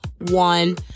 one